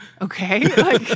okay